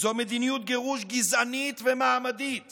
זו מדיניות גירוש גזענית ומעמדית